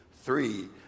three